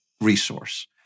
resource